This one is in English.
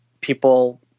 people